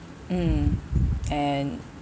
mm and